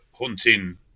hunting